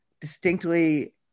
distinctly